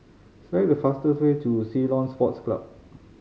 select the fastest way to Ceylon Sports Club